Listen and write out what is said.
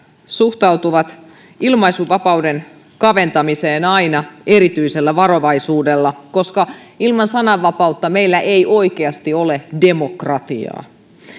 suhtautuvat ilmaisunvapauden kaventamiseen aina erityisellä varovaisuudella koska ilman sananvapautta meillä ei oikeasti ole demokratiaa